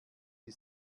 die